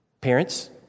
Parents